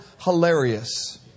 hilarious